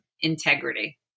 integrity